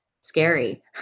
scary